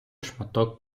шматок